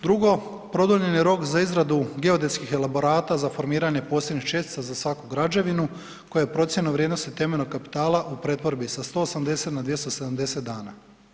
Drugo, produljen je rok za izradu geodetskih elaborata za formiranje posebnih čestica za svaku građevinu koja je procjena vrijednosti temeljnog kapitala u pretvorbi sa 180 na 270 dana.